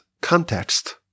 context